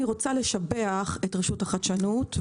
אני רוצה לשבח את רשות החדשנות,